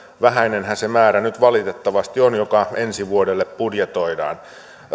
vähäinenhän se määrä nyt valitettavasti on joka ensi vuodelle budjetoidaan